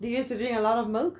you used to drink a lot of milk